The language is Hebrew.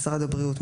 משרד הבריאות,